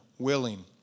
Willing